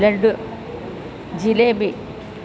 laddu jalebi